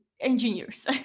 engineers